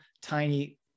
tiny